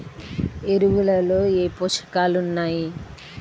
ఎరువులలో ఏ పోషకాలు ఉన్నాయి?